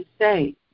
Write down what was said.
say